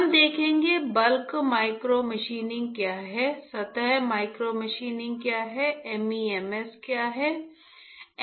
हम देखेंगे bulk micromachining क्या है सतह माइक्रोमशीनिंग क्या है MEMS क्या है